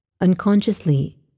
Unconsciously